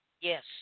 Yes